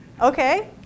Okay